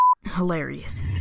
hilarious